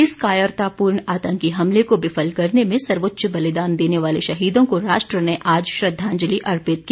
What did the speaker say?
इस कायरतापूर्ण आतंकी हमले को विफल करने में सर्वोच्च बलिदान देने वाले शहीदों को राष्ट्र ने आज श्रद्धांजलि अर्पित की